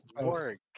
work